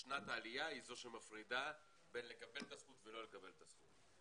שנת העלייה היא זו שמפרידה בין לקבל את הזכות ולא לקבל את הזכות.